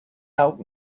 out